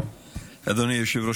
אדוני היושב-ראש,